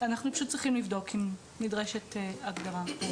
אנחנו צריכים לבדוק אם נדרשת הגדרה.